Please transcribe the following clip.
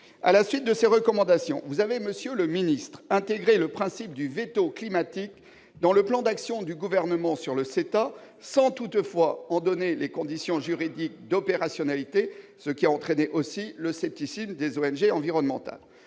À la suite de ces recommandations, vous avez, monsieur le ministre d'État, intégré le principe du veto climatique dans le plan d'action du Gouvernement sur le CETA, sans toutefois en donner les conditions juridiques d'opérationnalité, ce qui a entraîné le scepticisme des ONG environnementales.